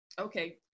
Okay